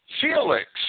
Felix